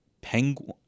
penguin